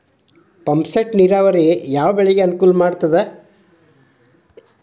Pump set ನೇರಾವರಿ ಯಾವ್ ಬೆಳೆಗೆ ಅನುಕೂಲ ಮಾಡುತ್ತದೆ?